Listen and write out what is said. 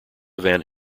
van